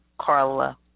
Carla